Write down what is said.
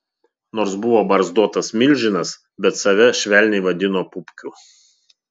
nors buvo barzdotas milžinas bet save švelniai vadino pupkiu